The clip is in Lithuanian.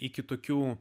iki tokių